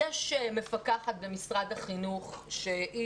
יש מפקחת במשרד החינוך,